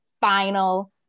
Final